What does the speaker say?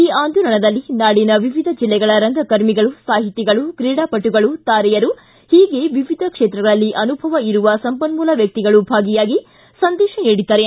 ಈ ಆಂದೋಲನದಲ್ಲಿ ನಾಡಿನ ವಿವಿಧ ಜಿಲ್ಲೆಗಳ ರಂಗಕರ್ಮಿಗಳು ಸಾಹಿತಿಗಳು ತ್ರೀಡಾಪಟುಗಳು ತಾರೆಯರು ಹೀಗೆ ವಿವಿಧ ಕ್ಷೇತ್ರಗಳಲ್ಲಿ ಅನುಭವ ಇರುವ ಸಂಪನ್ಮೂಲ ವ್ಯಕ್ತಿಗಳು ಭಾಗಿಯಾಗಿ ಸಂದೇತ ನೀಡಿದ್ದಾರೆ